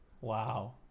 wow